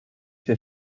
wir